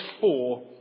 four